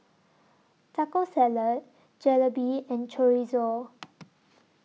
Taco Salad Jalebi and Chorizo